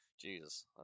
Jesus